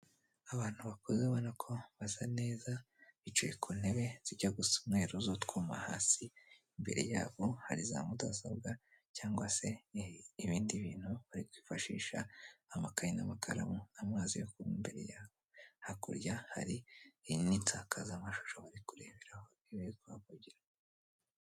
Abantu bakuze ubona ko basa neza, bicaye ku ntebe zijya gusa umweru z'utwuma hasi, imbere yabo hari za mudasobwa cyangwa se ibindi bintu bari kwifashisha amakayi n'amakaramu, amazi yo kunywa imbere yabo, hakurya hari iyi n'insakakazamashusho muri kureberaho ibiri kuhavugirwa.